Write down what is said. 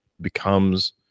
becomes